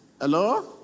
Hello